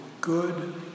good